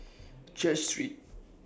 Church Street